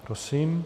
Prosím.